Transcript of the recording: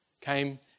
came